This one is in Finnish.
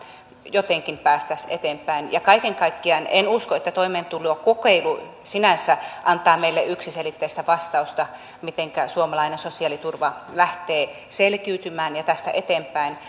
jotenkin päästäisiin eteenpäin kaiken kaikkiaan en usko että toimeentulokokeilu sinänsä antaa meille yksiselitteistä vastausta siihen mitenkä suomalainen sosiaaliturva lähtee selkiytymään ja tästä eteenpäin